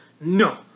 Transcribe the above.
No